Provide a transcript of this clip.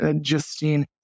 Justine